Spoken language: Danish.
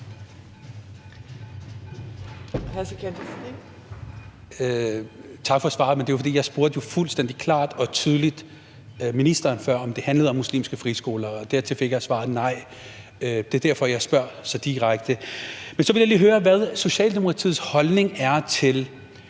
Tak for svaret. Det var jo, fordi jeg spurgte, fuldstændig klart og tydeligt, ministeren før, om det handlede om muslimske friskoler, og dertil fik jeg svaret: Nej. Det er derfor jeg spørger så direkte. Så vil jeg lige høre, hvad Socialdemokratiets holdning er til,